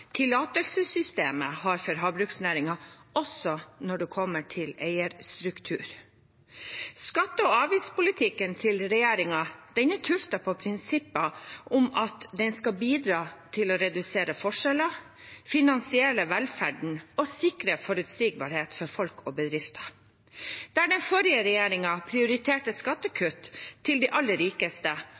tillatelsessystemet har for havbruksnæringen, også når det gjelder eierstruktur. Skatte- og avgiftspolitikken til regjeringen er tuftet på prinsippene om at den skal bidra til å redusere forskjeller, finansiere velferden og sikre forutsigbarhet for folk og bedrifter. Der den forrige regjeringen prioriterte skattekutt til de aller rikeste,